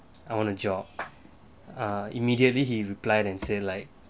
I want a job uh immediately he replied and say like